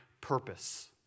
purpose